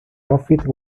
office